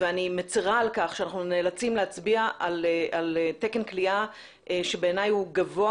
ואני מצרה על כך שאנחנו נאלצים להצביע על תקן כליאה שבעיניי הוא גבוה